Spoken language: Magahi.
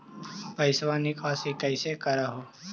पैसवा निकासी कैसे कर हो?